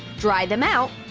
dry them out.